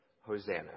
Hosanna